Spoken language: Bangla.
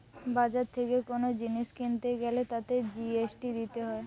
বাজার থেকে কোন জিনিস কিনতে গ্যালে তাতে জি.এস.টি দিতে হয়